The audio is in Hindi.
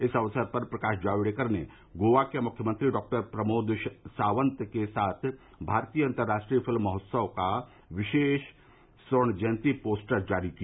इस अक्सर पर प्रकाश जावड़ेकर ने गोवा के मुख्यमंत्री डॉक्टर प्रमोद सावंत के साथ भारतीय अंतर्राष्ट्रीय फिल्म महोत्सव का विशेष स्वर्ण जयंती पोस्टर जारी किया